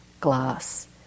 glass